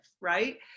right